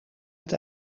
het